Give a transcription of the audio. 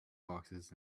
boxes